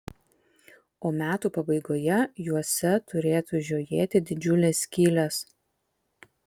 o metų pabaigoje juose turėtų žiojėti didžiulės skylės